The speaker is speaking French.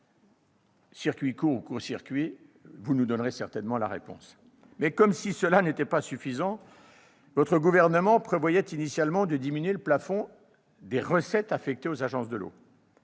Circuit court, ou court-circuit ? Vous nous donnerez certainement la réponse ... Comme si cela n'était pas suffisant, votre gouvernement prévoyait initialement de diminuer le plafond des recettes affectées aux agences de l'eau.